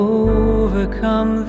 overcome